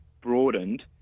broadened